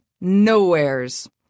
nowheres